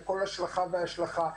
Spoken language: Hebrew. לכל השלכה והשלכה,